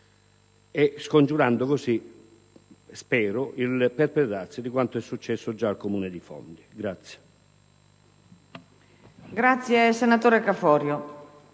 - scongiurando così, spero, il perpetrarsi di quanto è successo già al Comune di Fondi.